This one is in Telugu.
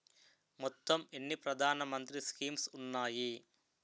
మొత్తం ఎన్ని ప్రధాన మంత్రి స్కీమ్స్ ఉన్నాయి?